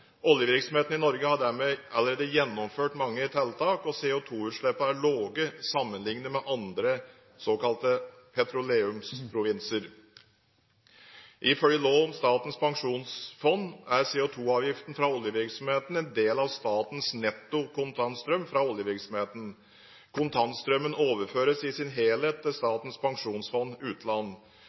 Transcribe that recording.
Oljevirksomheten i Norge har dermed allerede gjennomført mange tiltak, og CO2-utslippene er lave sammenliknet med andre såkalte petroleumsprovinser. Ifølge lov om Statens pensjonsfond er CO2-avgiften fra oljevirksomheten en del av statens netto kontantstrøm fra oljevirksomheten. Kontantstrømmen overføres i sin helhet til Statens pensjonsfond utland.